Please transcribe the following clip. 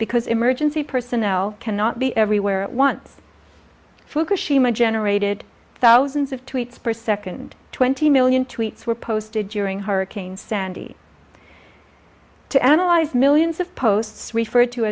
because emergency personnel cannot be everywhere at once fukushima generated thousands of tweets per second twenty million tweets were posted during hurricane sandy to analyze millions of posts refer